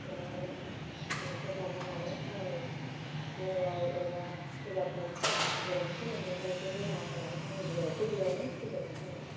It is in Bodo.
अननाय सिबिनायखौ बाउहरनानै आंनि बुंनाय एबा सोरबाफोर गोरोन्थि मोन्दोंब्ला इखो निमाहा होनानै आंनि बुंनायखौ बेयावनो फोजोबनाय जाबाय